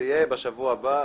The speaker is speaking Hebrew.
להערכתי, זה יהיה בשבוע הבא.